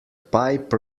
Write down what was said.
pipe